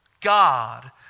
God